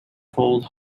fold